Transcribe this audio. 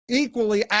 equally